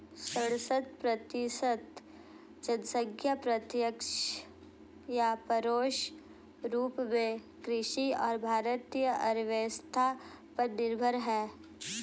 सड़सठ प्रतिसत जनसंख्या प्रत्यक्ष या परोक्ष रूप में कृषि और भारतीय अर्थव्यवस्था पर निर्भर है